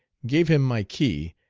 gave him my key,